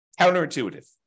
Counterintuitive